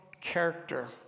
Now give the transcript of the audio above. character